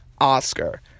Oscar